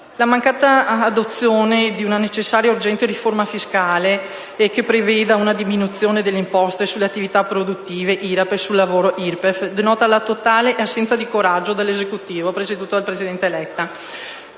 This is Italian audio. La mancata adozione di una necessaria e urgente riforma fiscale, che preveda una diminuzione delle imposte sulle attività produttive (IRAP) e sul lavoro (IRPEF), denota la totale assenza di coraggio dell'Esecutivo presieduto dal presidente Letta.